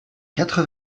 quatre